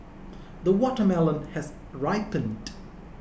the watermelon has ripened